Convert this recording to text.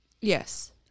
yes